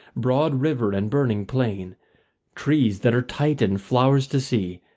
broad river and burning plain trees that are titan flowers to see,